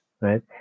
right